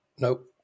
Nope